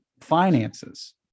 finances